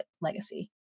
legacy